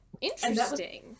Interesting